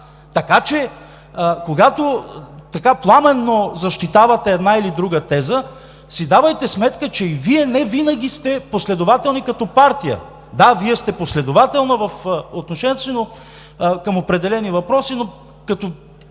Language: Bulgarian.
Така че, когато така пламенно защитавате една или друга теза, си давайте сметка, че и Вие невинаги сте последователни като партия. Да, Вие сте последователна (обръща се към народния представител Корнелия